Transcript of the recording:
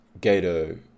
Gato